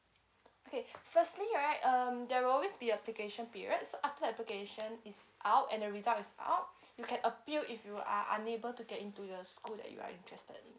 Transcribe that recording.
okay firstly right um there will always be application periods after application is out and the result is out you can appeal if you are unable to get into the school that you are interested